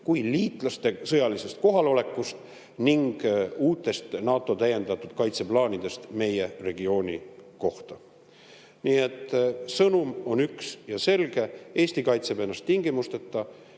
kui liitlaste sõjalisest kohalolekust ning uutest NATO täiendatud kaitseplaanidest meie regiooni kohta. Nii et sõnum on üks ja selge: Eesti kaitseb ennast tingimusteta